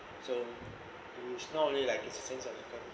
so it's not only like it's